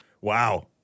Wow